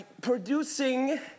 producing